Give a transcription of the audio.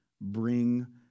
bring